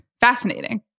fascinating